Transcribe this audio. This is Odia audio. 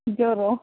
ଜ୍ୱର